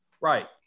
Right